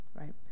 right